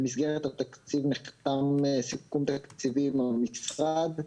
במסגרת התקציב נחתם סיכום תקציבי עם המשרד.